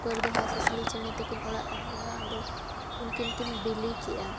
ᱛᱩᱠᱟᱹ ᱨᱮᱫᱚ ᱦᱟᱸᱥ ᱦᱟᱸᱥᱞᱤ ᱪᱮᱬᱮ ᱛᱮᱠᱤᱱ ᱚᱲᱟᱜ ᱛᱟᱦᱮᱸ ᱞᱮᱱᱟ ᱟᱫᱚ ᱩᱱᱠᱤᱱ ᱠᱤᱱ ᱵᱤᱞᱤ ᱠᱮᱜᱼᱟ